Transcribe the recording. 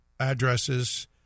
Addresses